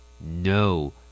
No